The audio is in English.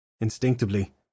Instinctively